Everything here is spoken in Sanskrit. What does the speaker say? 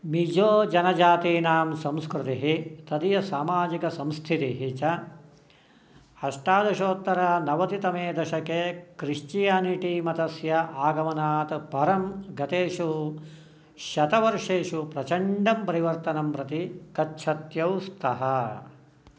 मिजोजनजातीनां संस्कृतिः तदीयसामाजिकसंस्थितिः च अष्टादशोत्तरनवतितमे दशके क्रिस्टियानिटिमतस्य आगमनात् परं गतेषु शतवर्षेषु प्रचण्डं परिवर्तनं प्रति गच्छत्यौ स्तः